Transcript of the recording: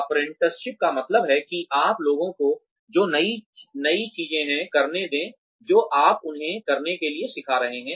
apprenticeship का मतलब है कि आप लोगों को जो नई चीज है करने दें जो आप उन्हें करने के लिए सिखा रहे हैं